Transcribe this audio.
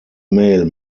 male